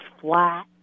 flat